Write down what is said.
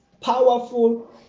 powerful